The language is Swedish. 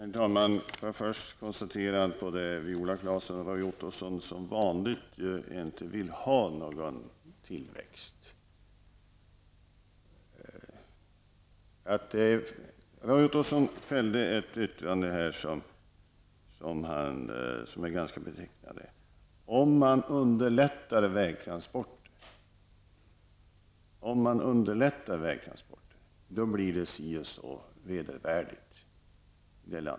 Herr talman! Låt mig först konstatera att Viola Claesson och Roy Ottosson som vanligt egentligen inte vill ha någon tillväxt. Roy Ottosson fällde ett yttrande som är ganska betecknande. Han sade att det blir vedervärdigt i någon form om man underlättar vägtransporter.